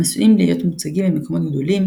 הם עשויים להיות מוצגים במקומות גדולים,